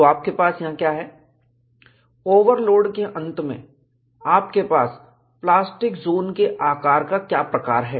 तो आपके पास यहां क्या है ओवरलोड के अंत में आपके पास प्लास्टिक जोन के आकार का क्या प्रकार है